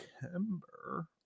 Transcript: September